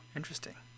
interesting